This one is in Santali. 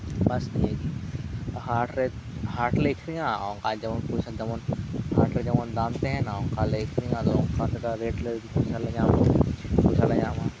ᱵᱟᱥ ᱱᱤᱭᱟᱹᱜᱮ ᱦᱟᱴ ᱨᱮ ᱦᱟᱴ ᱞᱮ ᱟᱠᱷᱨᱤᱧᱟ ᱚᱝᱠᱟ ᱡᱮᱢᱚᱱ ᱯᱚᱡᱤᱥᱮᱱ ᱛᱮᱢᱚᱱ ᱦᱟᱴᱨᱮ ᱡᱮᱢᱚᱱ ᱫᱟᱢ ᱛᱟᱦᱮᱱᱟ ᱚᱱᱠᱟᱞᱮ ᱟᱹᱠᱷᱨᱤᱧᱟ ᱨᱮᱴ ᱞᱮ ᱟᱹᱠᱷᱨᱤᱧᱟᱞᱮ ᱯᱚᱭᱥᱟᱞᱮ ᱧᱟᱢᱟ